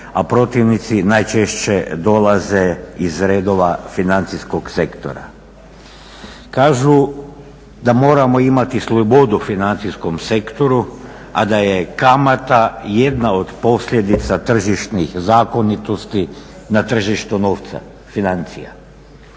a protivnici najčešće dolaze iz redova financijskog sektora. Kažu da moramo imati slobodu u financijskom sektoru, a da je kamata jedna od posljedica tržišnih zakonitosti na tržištu novca, financija.